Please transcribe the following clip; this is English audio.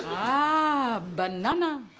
ah! banana.